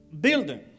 building